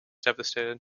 devastated